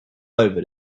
over